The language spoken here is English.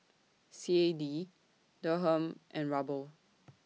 C A D Dirham and Ruble